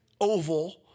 oval